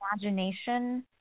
imagination